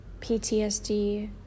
PTSD